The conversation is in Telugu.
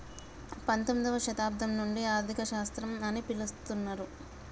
పంతొమ్మిదవ శతాబ్దం నుండి ఆర్థిక శాస్త్రం అని పిలుత్తున్నరు